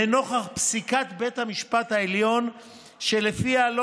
לנוכח פסיקת בית המשפט העליון שלפיה לא